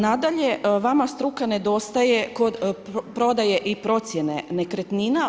Nadalje, vama struka nedostaje kod prodaje i procjene nekretnina.